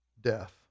death